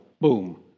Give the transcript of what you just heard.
Boom